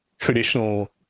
traditional